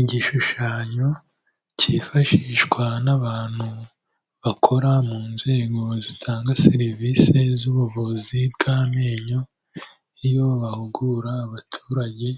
Igishushanyo cyifashishwa n'abantu bakora mu nzego zitanga serivisi z'ubuvuzi bw'amenyo, iyo bahugura abaturage